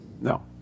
No